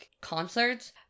concerts